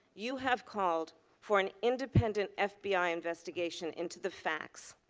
you have called for an independent fbi investigation into the facts.